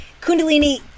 kundalini